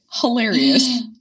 Hilarious